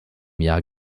jahr